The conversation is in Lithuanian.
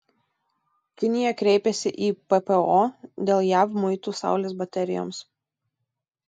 kinija kreipėsi į ppo dėl jav muitų saulės baterijoms